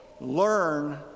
learn